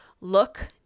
Look